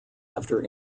after